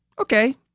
okay